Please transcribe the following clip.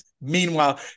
Meanwhile